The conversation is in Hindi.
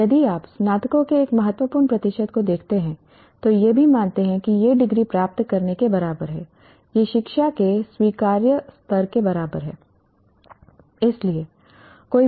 और यदि आप स्नातकों के एक महत्वपूर्ण प्रतिशत को देखते हैं तो यह भी मानते हैं कि यह डिग्री प्राप्त करने के बराबर है यह शिक्षा के स्वीकार्य स्तर के बराबर है